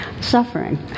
suffering